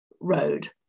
road